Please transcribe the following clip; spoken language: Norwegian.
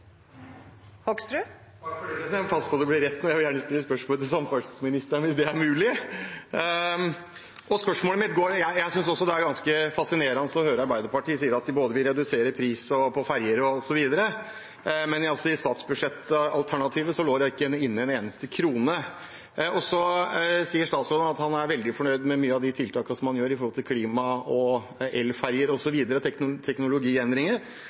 Jeg vil gjerne stille spørsmål til samferdselsministeren, hvis det er mulig. Jeg synes også det er ganske fascinerende å høre på Arbeiderpartiet, som sier at de vil redusere prisen på ferjer osv., men i alternativet til statsbudsjett lå det ikke inne én eneste krone. Statsråden sier at han er veldig fornøyd med mange av de tiltakene han gjør i forbindelse med klima, elferjer, teknologiendringer osv., men det gjør at kostnadene går ganske kraftig opp. Det er en utfordring som Fremskrittspartiet ser, og